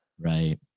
Right